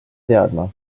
teadma